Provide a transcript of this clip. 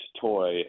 Toy